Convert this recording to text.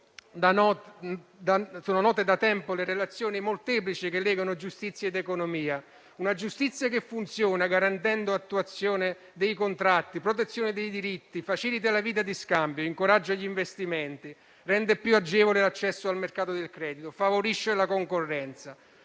sono note da tempo le relazioni molteplici che legano giustizia ed economia; una giustizia che funziona garantendo attuazione dei contratti e protezione dei diritti; che facilita la vita degli scambi; incoraggia gli investimenti e rende più agevole l'accesso al mercato del credito; favorisce la concorrenza;